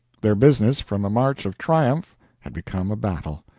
their business from a march of triumph had become a battle.